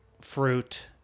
fruit